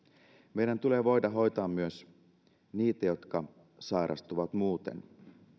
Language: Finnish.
meidän tulee voida hoitaa myös niitä jotka sairastuvat muuten